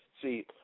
See